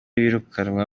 birukanwa